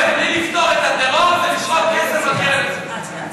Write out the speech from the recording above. בלי לפתור את הטרור זה לזרוק כסף על קרן הצבי.